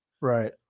Right